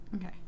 Okay